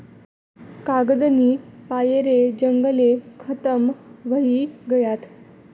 कागदनी पायरे जंगले खतम व्हयी गयात